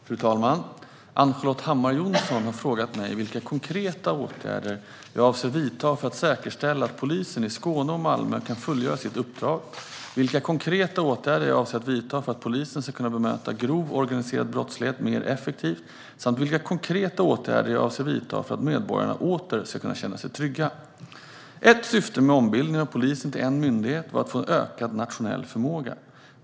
Fru talman! Ann-Charlotte Hammar Johnsson har frågat mig vilka konkreta åtgärder jag avser att vidta för att säkerställa att polisen i Skåne och Malmö kan fullgöra sitt uppdrag, vilka konkreta åtgärder jag avser att vidta för att polisen ska kunna bemöta grov organiserad brottslighet mer effektivt samt vilka konkreta åtgärder jag avser att vidta för att medborgarna åter ska kunna känna sig trygga. Ett syfte med ombildningen av polisen till en myndighet var att få en ökad nationell förmåga.